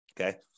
Okay